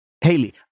Haley